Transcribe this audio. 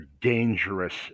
dangerous